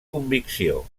convicció